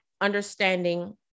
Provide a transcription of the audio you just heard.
understanding